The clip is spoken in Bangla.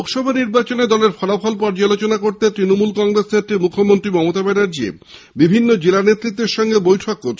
লোকসভা নির্বাচনে দলের ফলাফল পর্যালোচনা করতে তৃনমূল কংগ্রেস নেত্রী মুখ্যমন্ত্রী মমতা ব্যানার্জী বিভিন্ন জেলা নেতৃত্বের সঙ্গে বৈঠক করেছেন